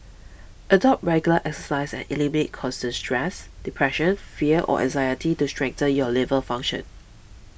adopt regular exercise and eliminate constant stress depression fear or anxiety to strengthen your liver function